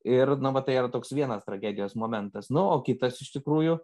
ir na va tai yra toks vienas tragedijos momentas nu o kitas iš tikrųjų